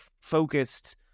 focused